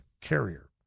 carrier